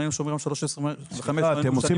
היינו שומרים על 3.25. סליחה אתם עושים